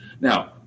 Now